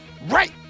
right